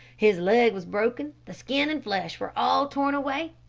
his leg was broken, the skin and flesh were all torn away,